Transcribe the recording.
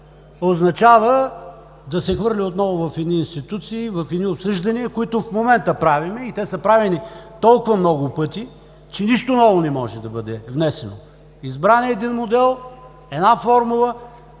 означава да се хвърли отново в едни институции, в едни обсъждания, които в момента правим. Те са правени толкова много пъти, че нищо ново не може да бъде внесено. Избран е един модел, една формула,